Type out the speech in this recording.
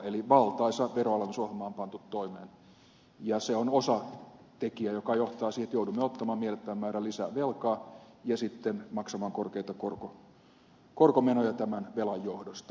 eli valtaisa veronalennusohjelma on pantu toimeen ja se on osatekijä joka johtaa siihen että joudumme ottamaan mielettömän määrän lisää velkaa ja maksamaan korkeita korkomenoja tämän velan johdosta